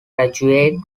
graduate